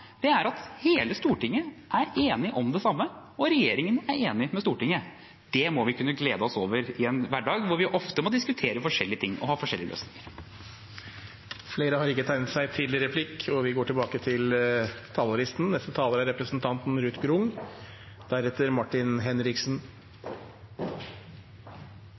er at hele Stortinget er enig om det samme, og at regjeringen er enig med Stortinget. Det må vi kunne glede oss over i en hverdag hvor vi ofte må diskutere forskjellige ting og ha forskjellige løsninger. Replikkordskiftet er omme. De talere som heretter får ordet, har